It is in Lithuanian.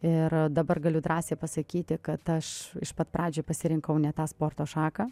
ir dabar galiu drąsiai pasakyti kad aš iš pat pradžių pasirinkau ne tą sporto šaką